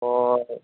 অঁ